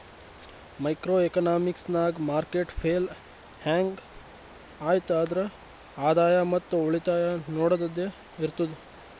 micro economics ನಾಗ್ market fail ಹ್ಯಾಂಗ್ ಐಯ್ತ್ ಆದ್ರ ಆದಾಯ ಮತ್ ಉಳಿತಾಯ ನೊಡದ್ದದೆ ಇರ್ತುದ್